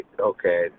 Okay